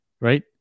Right